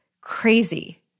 crazy